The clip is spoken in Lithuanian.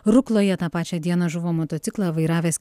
rukloje tą pačią dieną žuvo motociklą vairavęs